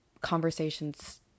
conversations